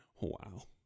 wow